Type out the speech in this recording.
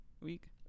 week